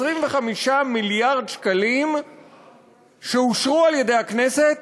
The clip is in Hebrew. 25 מיליארד שקלים שאושרו על-ידי הכנסת